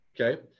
Okay